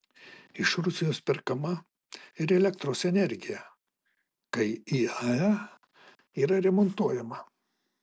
iš rusijos perkama ir elektros energija kai iae yra remontuojama